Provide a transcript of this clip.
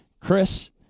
Chris